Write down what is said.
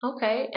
Okay